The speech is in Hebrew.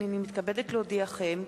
הנני מתכבדת להודיעכם,